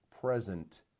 present